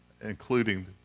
including